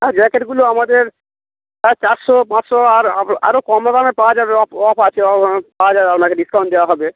হ্যাঁ জ্যাকেটগুলো আমাদের হ্যাঁ চারশো পাঁচশো আর আরও কম দামে পাওয়া যাবে অফ অফ আছে পাওয়া হাজার আপনাকে ডিসকাউন্ট দেওয়া হবে